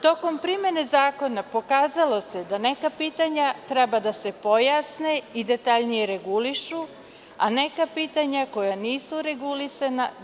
Tokom primene Zakona pokazalo se da neka pitanja treba da se pojasne i detaljnije regulišu, a neka pitanja koja nisu regulisana da treba regulisati.